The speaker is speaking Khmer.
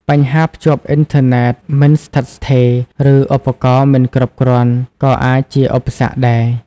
បញ្ហាភ្ជាប់អ៊ីនធឺណិតមិនស្ថិតស្ថេរ ឬឧបករណ៍មិនគ្រប់គ្រាន់ ក៏អាចជាឧបសគ្គដែរ។